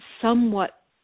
somewhat